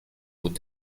بود